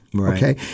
okay